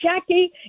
Jackie